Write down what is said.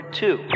two